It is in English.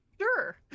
Sure